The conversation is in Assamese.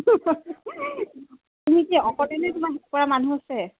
তুমি কি অকলেই নে তোমাক হেল্প কৰা মানুহ আছে